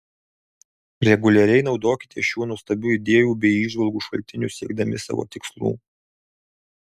reguliariai naudokitės šiuo nuostabiu idėjų bei įžvalgų šaltiniu siekdami savo tikslų